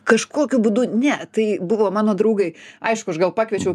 kažkokiu būdu ne tai buvo mano draugai aišku aš gal pakviečiau